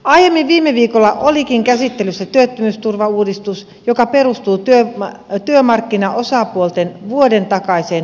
aiemmin viime viikolla olikin käsittelyssä työttömyysturvauudistus joka perustuu työmarkkinaosapuolten vuoden takaiseen työurasopimukseen